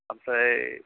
ओमफ्राय